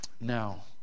Now